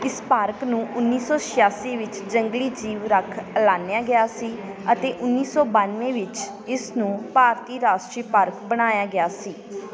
ਇਸ ਪਾਰਕ ਨੂੰ ਉੱਨੀ ਸੌ ਛਿਆਸੀ ਵਿੱਚ ਜੰਗਲੀ ਜੀਵ ਰੱਖ ਐਲਾਨਿਆ ਗਿਆ ਸੀ ਅਤੇ ਉੱਨੀ ਸੌ ਬਾਨਵੇਂ ਵਿੱਚ ਇਸ ਨੂੰ ਭਾਰਤੀ ਰਾਸ਼ਟਰੀ ਪਾਰਕ ਬਣਾਇਆ ਗਿਆ ਸੀ